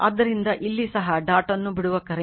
ಆದ್ದರಿಂದ ಇಲ್ಲಿ ಸಹ ಡಾಟ್ ಅನ್ನು ಬಿಡುವ ಕರೆಂಟ್